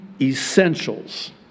essentials